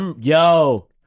Yo